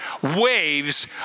waves